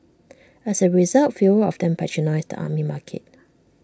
as A result fewer of them patronise the Army Market